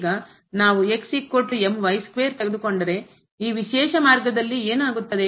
ಈಗ ನಾವು ತೆಗೆದುಕೊಂಡರೆ ಈ ವಿಶೇಷ ಮಾರ್ಗದಲ್ಲಿ ಏನಾಗುತ್ತದೆ